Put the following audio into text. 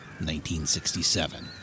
1967